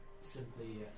simply